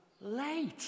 late